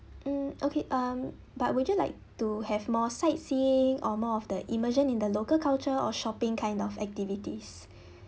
mm okay um but would you like to have more sightseeing or more of the immersion in the local culture or shopping kind of activities